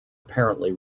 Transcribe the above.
apparently